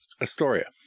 Astoria